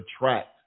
attract